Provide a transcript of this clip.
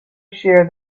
shear